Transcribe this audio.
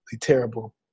Terrible